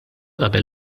qabel